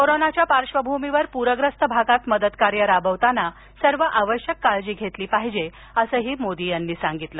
कोरोनाच्या पार्श्वभूमीवर पूरग्रस्त भागात मदत कार्य राबवताना सर्व आवश्यक काळजी घेतली पाहिजे असं मोदी म्हणाले